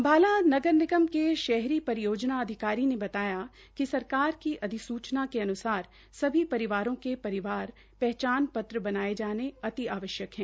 अम्बाला नगर निगम के शहरी परियोजना अधिकारी ने बताया कि सरकार की अधिसूचना के अन्सार सभी परिवारों के परिवार पहचान पत्र बनाये जाने अति आवश्यक है